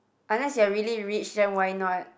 unless you're really rich then why not